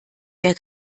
der